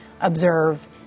observe